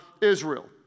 Israel